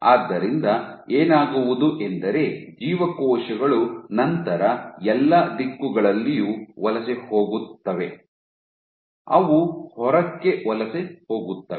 ಆದ್ದರಿಂದ ಏನಾಗುವುದು ಎಂದರೆ ಜೀವಕೋಶಗಳು ನಂತರ ಎಲ್ಲಾ ದಿಕ್ಕುಗಳಲ್ಲಿಯೂ ವಲಸೆ ಹೋಗುತ್ತವೆ ಅವು ಹೊರಕ್ಕೆ ವಲಸೆ ಹೋಗುತ್ತವೆ